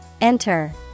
Enter